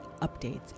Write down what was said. updates